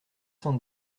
cent